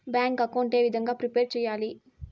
Bank account ఏ విధంగా prepare సెయ్యాలి?